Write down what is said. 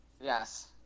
Yes